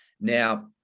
now